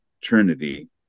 trinity